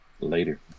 Later